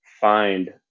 find